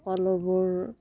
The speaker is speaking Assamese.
সকলোবোৰ